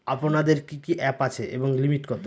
আপনাদের কি কি অ্যাপ আছে এবং লিমিট কত?